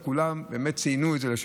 וכולם ציינו את זה לשבח.